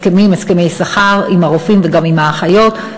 הסכמי שכר עם הרופאים וגם עם האחיות,